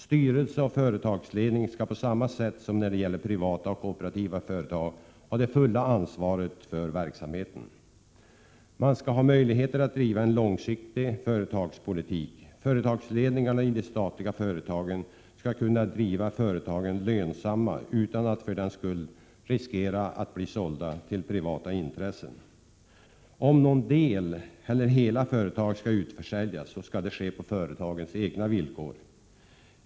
Styrelse och företagsledning skall på samma sätt som när det gäller privata eller kooperativa företag ha det fulla ansvaret för verksamheten. Man skall ha möjlighet att driva en långsiktig företagspolitik. Företagsledningarna i de statliga företagen skall kunna driva företagen så att de blir lönsamma utan att de för den skull riskerar att bli sålda till privata intressen. Om någon del eller hela företag skall utförsäljas skall det ske på företagens egna villkor.